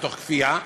מתוך כפייה.